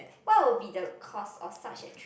what will be the cost of such a trip